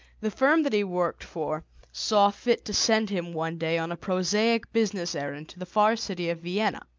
the firm that he worked for saw fit to send him one day on a prosaic business errand to the far city of vienna,